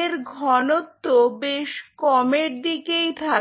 এর ঘনত্ব বেশ কমের দিকেই থাকে